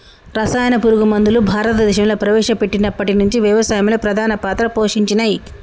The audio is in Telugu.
రసాయన పురుగు మందులు భారతదేశంలా ప్రవేశపెట్టినప్పటి నుంచి వ్యవసాయంలో ప్రధాన పాత్ర పోషించినయ్